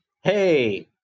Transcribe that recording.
hey